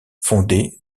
fondée